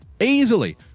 Easily